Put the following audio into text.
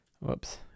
Whoops